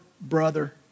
brother